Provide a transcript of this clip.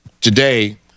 today